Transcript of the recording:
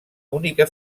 única